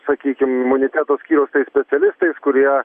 sakykim imuniteto skyriau specialistais kurie